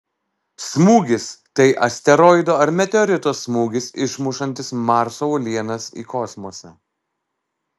smūgis tai asteroido ar meteorito smūgis išmušantis marso uolienas į kosmosą